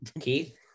Keith